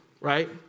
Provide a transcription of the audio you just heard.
right